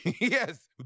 yes